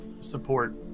support